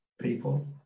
people